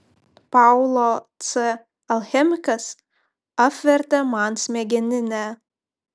paulo c alchemikas apvertė man smegeninę